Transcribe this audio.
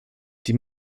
die